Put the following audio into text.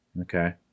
Okay